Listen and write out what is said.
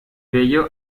bello